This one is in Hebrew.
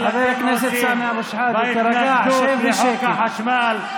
אתם עושים בהתנגדות לחוק החשמל.